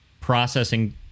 processing